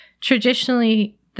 Traditionally